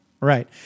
Right